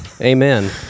Amen